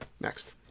next